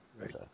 Right